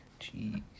Jeez